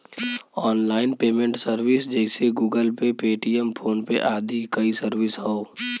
online payment service जइसे Google Pay, Paytm, PhonePe आदि कई सर्विस हौ